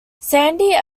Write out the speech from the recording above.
sandy